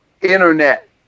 Internet